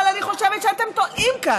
אבל אני חושבת שאתם טועים כאן.